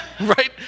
right